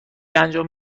انجام